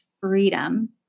freedom